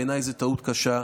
בעיניי זו טעות קשה.